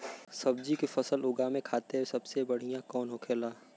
सब्जी की फसल उगा में खाते सबसे बढ़ियां कौन होखेला?